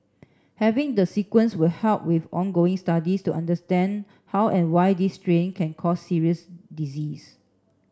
having the sequence will help with ongoing studies to understand how and why this strain can cause serious disease